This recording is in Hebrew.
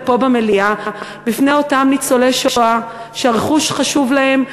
פה במליאה בפני אותם ניצולי שואה שהרכוש חשוב להם,